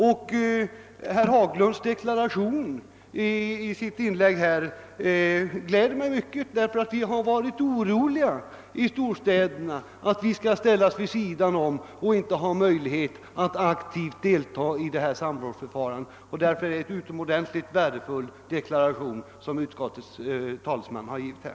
Herr Haglunds deklaration i sitt inlägg gläder mig mycket, eftersom vi har varit oroliga i storstäderna för att vi skulle ställas vid sidan om och inte ha möjlighet att aktivt delta i detta samrådsförfarande. Därför är det en utomordentligt värdefull deklaration som utskottets talesman har gjort här.